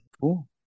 Cool